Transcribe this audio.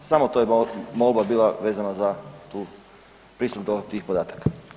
Samo to je molba bila vezano za tu pristupu tih podataka.